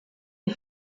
des